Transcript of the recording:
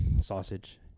Sausage